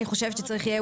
אני חושבת שצריך יהיה,